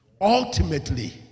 Ultimately